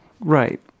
Right